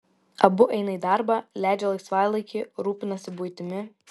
abu eina į darbą leidžia laisvalaikį rūpinasi buitimi